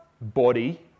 body